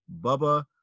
Bubba